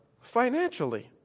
financially